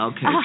Okay